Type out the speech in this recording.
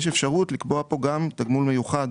יש אפשרות לקבוע כאן גם תגמול מיוחד